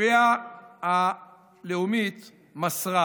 הספרייה הלאומית מסרה